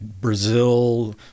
Brazil